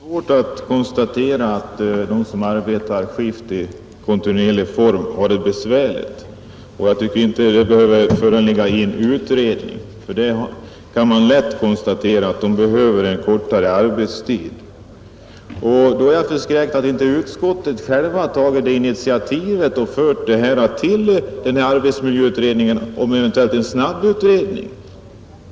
Herr talman! Det kan inte vara svårt att konstatera att de som arbetar skift i kontinuerlig form har det besvärligt. Jag tycker inte det behöver föreligga en utredning för att man skall kunna konstatera behovet av en kortare arbetstid. Jag är förskräckt över att inte utskottet tagit initiativet att föra dessa ärenden till arbetsmiljöutredningen och därvid eventuellt begärt en snabbutredning.